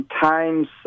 Times